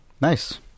Nice